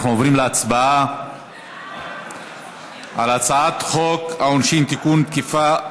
אנחנו עוברים להצבעה על הצעת חוק העונשין (תיקון,